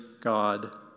God